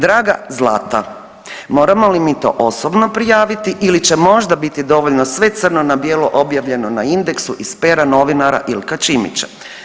Draga Zlata, moramo li mi to osobno prijaviti ili će možda biti dovoljno sve crno na bijelo objavljeno na Indexu iz pera novinara Ilka Ćimića?